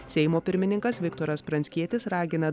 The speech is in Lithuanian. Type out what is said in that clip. seimo pirmininkas viktoras pranckietis ragina